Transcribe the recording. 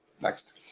Next